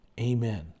amen